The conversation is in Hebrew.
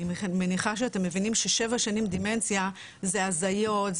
אני מניחה שאתם מבינים ששבע שנים דמנציה זה הזיות,